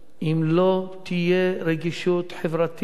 אם לא תהיה רגישות חברתית,